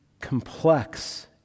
complex